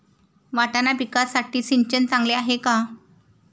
वाटाणा पिकासाठी सिंचन चांगले आहे का?